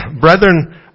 Brethren